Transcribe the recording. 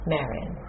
Marion